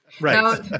Right